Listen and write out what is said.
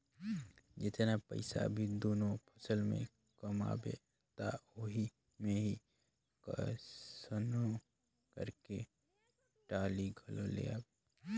जेतना पइसा अभी दूनो फसल में कमाबे त ओही मे ही कइसनो करके टाली घलो ले लेबे